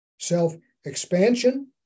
self-expansion